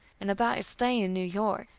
and about your stay in new york.